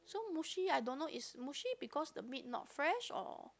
so mushy I don't know is mushy because the meat not fresh or